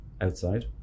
outside